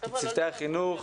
לצוותי החינוך.